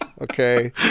Okay